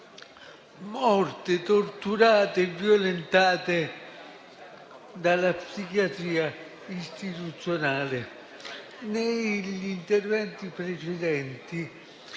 morte, torturate e violentate dalla psichiatria istituzionale. Negli interventi precedenti